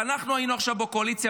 שאנחנו היינו עכשיו בקואליציה,